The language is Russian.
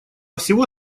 всего